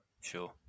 Sure